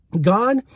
god